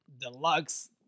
deluxe